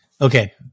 Okay